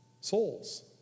Souls